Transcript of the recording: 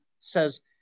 says